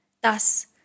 Thus